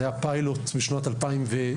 זה היה פיילוט בשנת-2012,